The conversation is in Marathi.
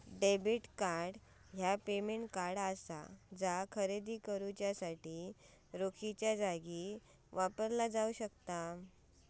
डेबिट कार्ड ह्या पेमेंट कार्ड असा जा खरेदी करण्यासाठी रोखीच्यो जागी वापरला जाऊ शकता